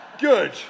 Good